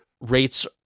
rates